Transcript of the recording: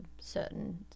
certain